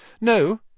No